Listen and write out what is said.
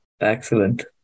Excellent